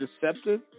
deceptive